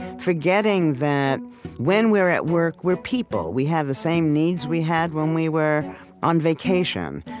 forgetting that when we're at work, we're people. we have the same needs we had when we were on vacation.